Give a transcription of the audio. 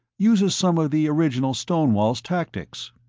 uses some of the original stonewall's tactics.